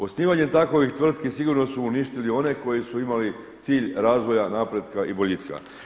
Osnivanjem takovih tvrtki sigurno su uništili one koji su imali cilj razvoja, napretka i boljitka.